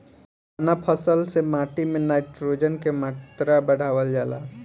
कवना फसल से माटी में नाइट्रोजन के मात्रा बढ़ावल जाला?